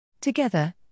Together